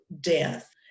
death